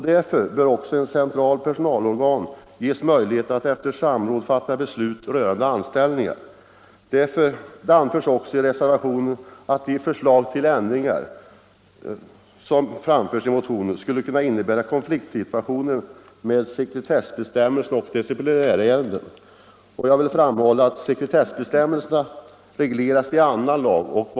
Därför bör också ett centralt personalorgan ges möjligheter att efter samråd fatta beslut rörande anställningar. Det anförs vidare i reservationen att de förslag till ändringar som framlagts i motionen skulle kunna innebära konflikt med sekretessbestämmelserna i exempelvis disciplinärenden. Jag vill framhålla att sekretessbestämmelserna regleras i annan lag.